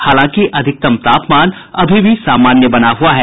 हालांकि अधिकतम तापमान अभी भी सामान्य बना हुआ है